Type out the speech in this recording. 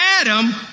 Adam